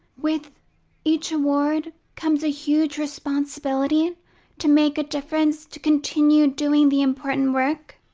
with each award comes a huge responsibility to make a difference, to continue doing the important work.